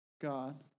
God